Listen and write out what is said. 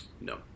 No